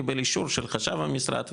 קיבל אישור של חשב המשרד,